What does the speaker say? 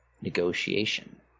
negotiation